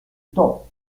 top